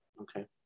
Okay